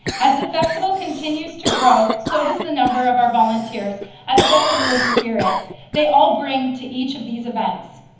as the festival continues to grow, so does the number of our volunteers as well as their spirit they all bring to each of these events.